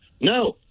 No